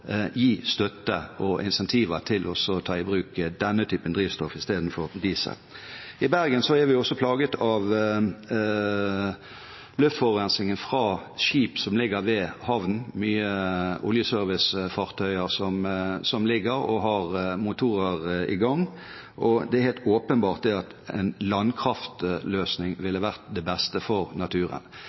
til å ta i bruk denne typen drivstoff istedenfor diesel. I Bergen er vi også plaget av luftforurensning fra skip som ligger ved havnen. Det er mange oljeservicefartøyer som ligger der og har motoren i gang, og det er helt åpenbart at en landkraftløsning ville vært det beste for naturen.